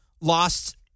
lost